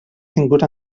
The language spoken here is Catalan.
tingut